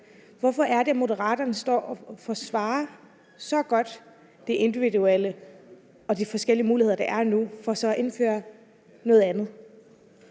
Hvorfor er det, Moderaterne står og så godt forsvarer det individuelle og de forskellige muligheder, der er nu, for så at indføre noget andet?